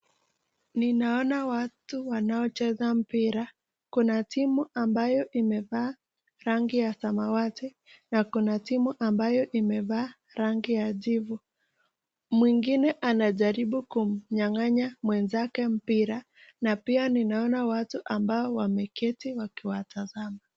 Ninaona watu wanaocheza mpira ,kuna timu ambayo imevaa rangi ya samawati na kuna timu ambayo rangi ya jivu, mwingine anajaribu kumnyanganya mwenzake mpira na pia ninaona watu ambao wameketi wakiwatazama.